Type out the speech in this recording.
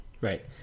right